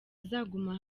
azaguma